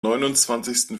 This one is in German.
neunundzwanzigsten